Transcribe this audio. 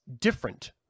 different